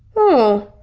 oh,